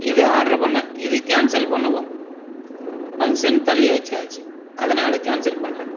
இது ஆர்டர் பண்ணேன் இது கேன்சல் பண்ணவும் ஃபங்ஷன் தள்ளி வச்சாச்சு அதனால் கேன்சல் பண்ணுறேன்